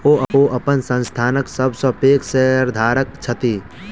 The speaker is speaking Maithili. ओ अपन संस्थानक सब सॅ पैघ शेयरधारक छथि